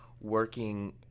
working